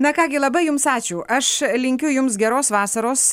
na ką gi labai jums ačiū aš linkiu jums geros vasaros